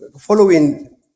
following